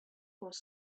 was